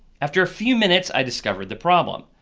after a few minutes i discovered the problem.